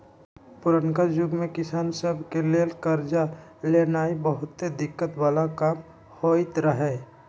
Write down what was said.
पुरनका जुग में किसान सभ के लेल करजा लेनाइ बहुते दिक्कत् बला काम होइत रहै